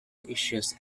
issues